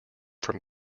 from